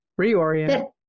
Reorient